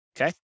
Okay